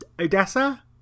Odessa